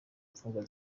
mfungwa